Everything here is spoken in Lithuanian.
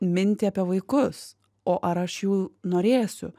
mintį apie vaikus o ar aš jų norėsiu